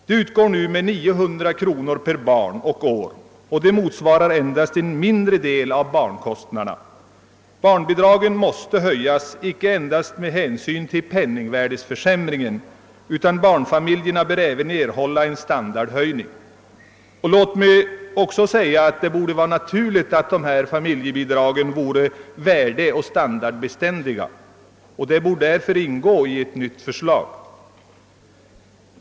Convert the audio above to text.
De utgår nu med 900 kronor per barn och år, vilket motsvarar endast en mindre del av barnkostnaderna. Barnbidragen måste höjas icke endast med hänsyn till penningvärdeförsämringen; barnfamiljerna bör även erhålla en standardhöjning. Det borde också vara naturligt att familjebidragen gjordes värdebeständiga och detta bör därför ingå i ett nytt förslag.